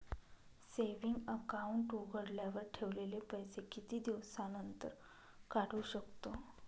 Saving account उघडल्यावर ठेवलेले पैसे किती दिवसानंतर काढू शकतो?